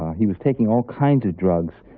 he was taking all kinds of drugs.